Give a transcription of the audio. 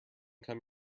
come